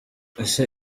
ese